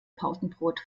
pausenbrot